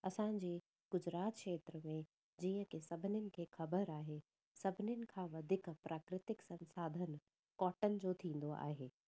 असांजे गुजरात क्षेत्र में जीअं की सभिनिन खे ख़बर आहे सभिनीनि खां वधीक प्राकृतिक संसाधन कॉटन जो थींदो आहे